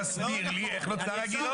תסביר לי איך נוצר הגירעון.